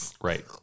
Right